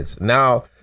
Now